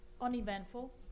Uneventful